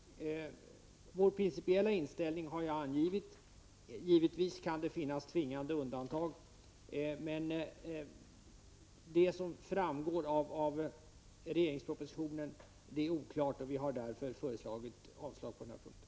Vår principiella inställning har jag angivit. Givetvis kan det finnas tvingande undantag, men behovet som framgår av propositionen är oklart. Vi har därför föreslagit avslag på denna punkt.